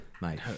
mate